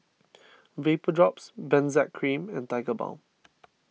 Vapodrops Benzac Cream and Tigerbalm